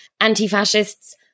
anti-fascists